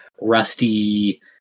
rusty